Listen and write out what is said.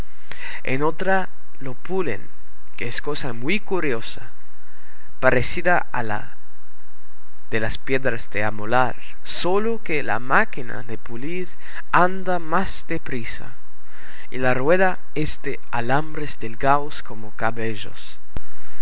en otra lo pulen que es cosa muy curiosa parecida a la de las piedras de amolar sólo que la máquina de pulir anda más de prisa y la rueda es de alambres delgados como cabellos